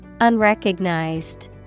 unrecognized